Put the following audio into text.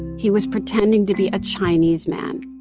he was pretending to be a chinese man.